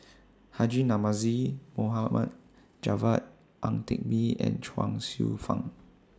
Haji Namazie Mohd Javad Ang Teck Bee and Chuang Hsueh Fang